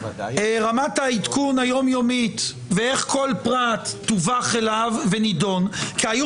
רמת העדכון היומיומית ואיך כל פרט תווך אליו ונידון כי היו